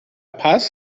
paz